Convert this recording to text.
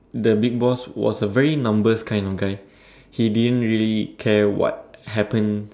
the big boss was a very numbers kind of guy he didn't really care what happen